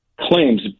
claims